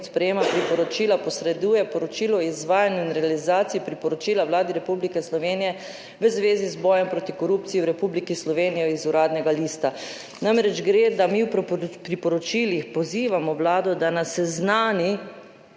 sprejema priporočila posreduje poročilo o izvajanju in realizaciji priporočila Vladi Republike Slovenije v zvezi z bojem proti korupciji v Republiki Sloveniji iz Uradnega lista." Namreč gre, da mi v priporočilih pozivamo Vlado, da nas seznani